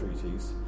treaties